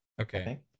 Okay